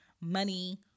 money